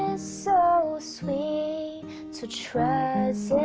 so sweet to trust